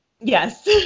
Yes